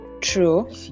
True